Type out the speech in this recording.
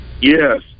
Yes